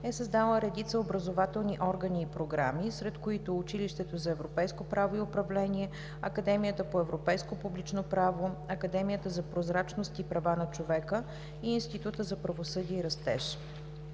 е създала редица образователни органи и програми, сред които – Училището за европейско право и управление, Академията по европейско публично право, Академията за прозрачност и права на човека и Института за правосъдие и растеж.